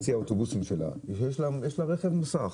בצי האוטובוסים שלה, יש לה רכב מוסך.